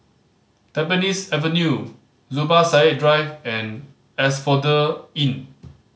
Tampines Avenue Zubir Said Drive and Asphodel Inn